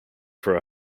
for